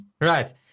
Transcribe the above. Right